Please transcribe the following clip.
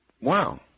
wow